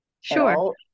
Sure